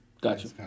Gotcha